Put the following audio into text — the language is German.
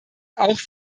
auch